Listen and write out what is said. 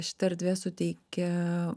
šita erdvė suteikia